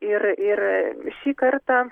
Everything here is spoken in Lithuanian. ir ir šį kartą